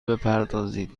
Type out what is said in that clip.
بپردازید